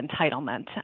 entitlement